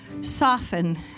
soften